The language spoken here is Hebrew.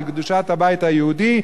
על קדושת הבית היהודי,